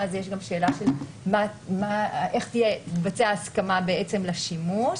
ואז יש גם שאלה איך תתבצע ההסכמה לשימוש.